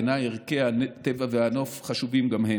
בעיניי, ערכי הטבע והנוף חשובים גם הם.